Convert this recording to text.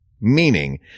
meaning